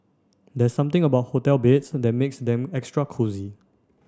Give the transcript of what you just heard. there's something about hotel beds that makes them extra cosy